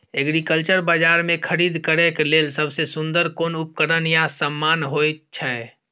Agriculture बाजार में खरीद करे के लेल सबसे सुन्दर कोन उपकरण या समान होय छै?